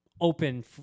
open